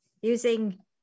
using